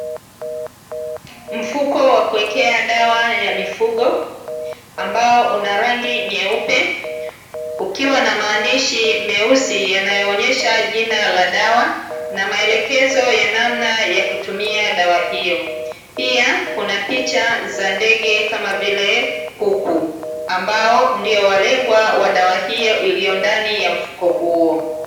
Mfuko wa kuwekewa dawa ya mifugo ambao una rangi nyeupe ukiwa na maandishi meusi yanayoonyesha jina la dawa na maelekezo ya namna yakutumia dawa hiyo. Pia kuna picha za ndege kama vile kuku, ambao ndiyo walengwa wa dawa hiyo iliyo ndani ya mfuko huo.